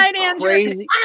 crazy